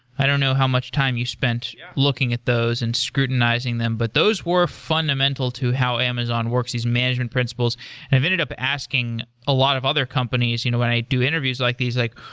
i don't know how much time you spent looking at those and scrutinizing them, but those were fundamental to how amazon works these management principles i've ended up asking a lot of other companies you know when i do interviews like these, like,